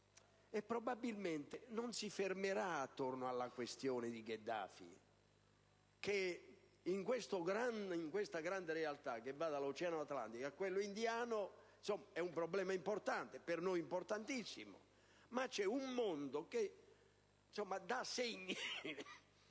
e probabilmente non si fermerà attorno alla questione di Gheddafi; in questa grande realtà che va dall'oceano Atlantico a quello Indiano il problema è per noi importantissimo. C'è un mondo che dà segni